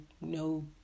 no